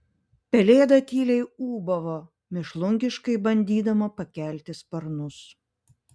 pelėda tyliai ūbavo mėšlungiškai bandydama pakelti sparnus